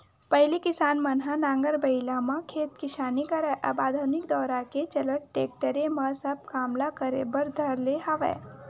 पहिली किसान मन ह नांगर बइला म खेत किसानी करय अब आधुनिक दौरा के चलत टेक्टरे म सब काम ल करे बर धर ले हवय